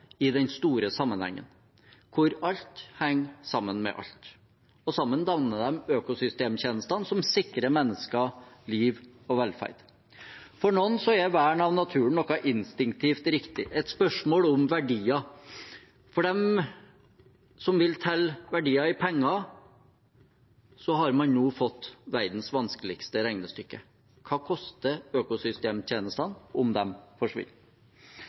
i den store sammenhengen, hvor alt henger sammen med alt. Sammen danner de økosystemtjenestene som sikrer mennesker liv og velferd. For noen er vern av naturen noe instinktivt riktig, et spørsmål om verdier. For dem som vil telle verdier i penger, har man nå fått verdens vanskeligste regnestykke. Hva koster økosystemtjenestene om de forsvinner?